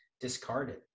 discarded